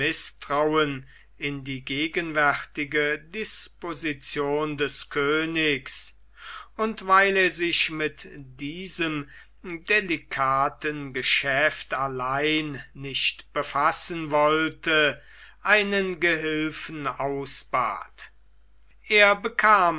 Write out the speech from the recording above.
mißtrauen in die gegenwärtige disposition des königs und weil er sich mit diesem delicaten geschäft allein nicht befassen wollte einen gehilfen ausbat er bekam